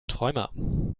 träumer